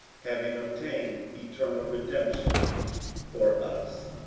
having obtained eternal redemption for us.